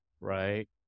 right